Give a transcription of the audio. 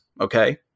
Okay